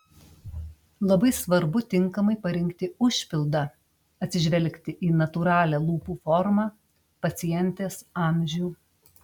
labai svarbu tinkamai parinkti užpildą atsižvelgti į natūralią lūpų formą pacientės amžių